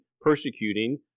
persecuting